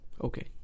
Okay